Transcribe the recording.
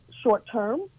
short-term